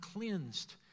cleansed